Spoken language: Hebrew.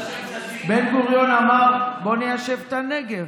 בן-גוריון אמר: בואו ניישב את הנגב.